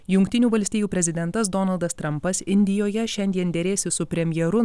jungtinių valstijų prezidentas donaldas trampas indijoje šiandien derėsis su premjeru